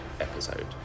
episode